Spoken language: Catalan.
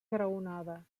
graonada